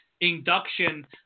induction